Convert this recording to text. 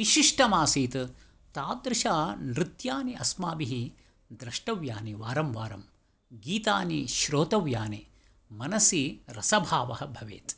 विशिष्टमासीत् तादृशनृत्यानि अस्माभिः द्रष्टव्यनि वारं वारं गीतानि श्रोतव्यानि मनसि रसभावः भवेत्